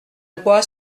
loi